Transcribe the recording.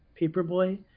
Paperboy